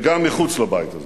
וגם מחוץ לבית הזה.